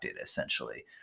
essentially